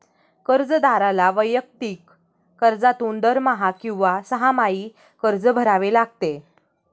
कर्जदाराला वैयक्तिक कर्जातून दरमहा किंवा सहामाही कर्ज भरावे लागते